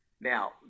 Now